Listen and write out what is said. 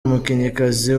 umukinnyikazi